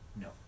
No